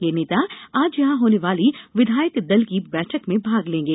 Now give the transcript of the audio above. ये नेता आज यहां होने वाली विधायक दल की बैठक में भी भाग लेंगे